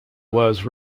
was